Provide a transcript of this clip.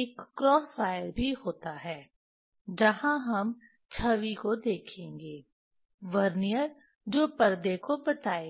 एक cross wire भी होता है जहां हम छवि को देखेंगे वर्नियर जो पर्दे को बताएगा